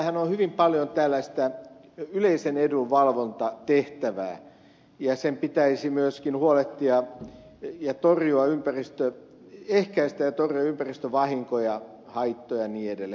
sillähän on hyvin paljon tällaista yleisen edun valvontatehtävää ja sen pitäisi myöskin ehkäistä ja torjua ympäristövahinkoja ja haittoja ja niin edelleen